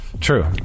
True